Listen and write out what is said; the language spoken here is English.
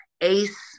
Ace